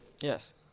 Yes